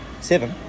seven